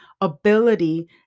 ability